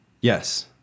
Yes